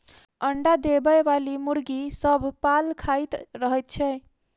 अंडा देबयबाली मुर्गी सभ पाल खाइत रहैत छै